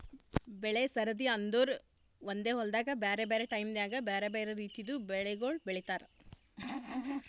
ಬೆಳೆ ಸರದಿ ಅಂದುರ್ ಒಂದೆ ಹೊಲ್ದಾಗ್ ಬ್ಯಾರೆ ಬ್ಯಾರೆ ಟೈಮ್ ನ್ಯಾಗ್ ಬ್ಯಾರೆ ಬ್ಯಾರೆ ರಿತಿದು ಬೆಳಿಗೊಳ್ ಬೆಳೀತಾರ್